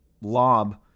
lob